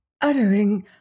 uttering